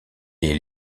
est